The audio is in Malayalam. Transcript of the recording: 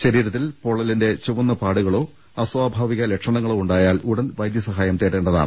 ശരീരത്തിൽ പൊള്ളലിന്റെ ചുവന്ന പാടുകളോ അസ്വാഭാ വിക ലക്ഷണങ്ങളോ ഉണ്ടായാൽ ഉടൻ വൈദ്യ സഹായം തേടേ ണ്ടതാണ്